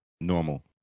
normal